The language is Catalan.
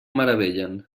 meravellen